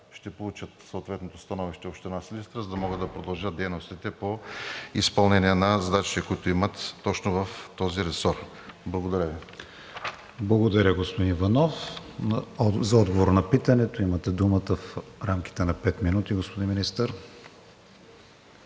ще получи съответното становище Община Силистра, за да могат да продължат дейностите по изпълнение на задачите, които имат точно в този ресор? Благодаря Ви. ПРЕДСЕДАТЕЛ КРИСТИАН ВИГЕНИН: Благодаря, господин Иванов. За отговор на питането имате думата в рамките на пет минути, господин Министър.